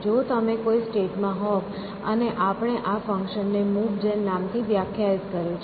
જો તમે કોઈક સ્ટેટમાં હો અને આપણે આ ફંક્શન ને મૂવ જેન નામથી વ્યાખ્યાયિત કર્યું છે